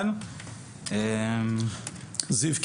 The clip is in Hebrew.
זיו,